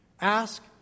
Ask